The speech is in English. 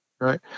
right